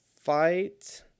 fight